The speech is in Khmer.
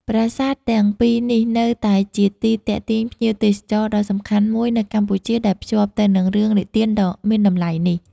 ប្រាសាទទាំងពីរនេះនៅតែជាទីទាក់ទាញភ្ញៀវទេសចរណ៍ដ៏សំខាន់មួយនៅកម្ពុជា ដែលភ្ជាប់ទៅនឹងរឿងនិទានដ៏មានតម្លៃនេះ។